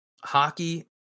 Hockey